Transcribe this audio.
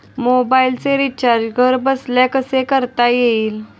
मोबाइलचे रिचार्ज घरबसल्या कसे करता येईल?